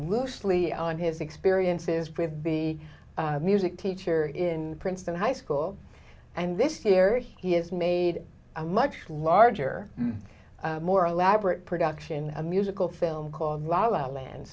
loosely on his experiences with the music teacher in princeton high school and this year he has made a much larger more elaborate production a musical film called lala land